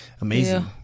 amazing